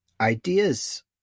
ideas